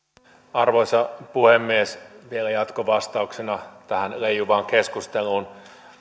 arvoisa puhemies vielä jatkovastauksena tähän leijuvaan keskusteluun